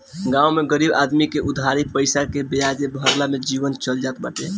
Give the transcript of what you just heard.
गांव में गरीब आदमी में उधारी पईसा के बियाजे भरला में जीवन चल जात बाटे